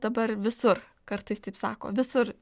dabar visur kartais taip sako visur